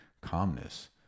calmness